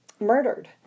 Murdered